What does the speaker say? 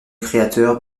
créateur